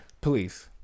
Please